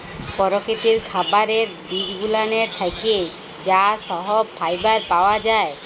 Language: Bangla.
পরকিতির খাবারের বিজগুলানের থ্যাকে যা সহব ফাইবার পাওয়া জায়